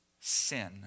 sin